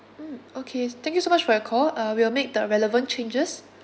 mm okay thank you so much for your call uh we will make the relevant changes